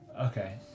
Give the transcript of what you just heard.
Okay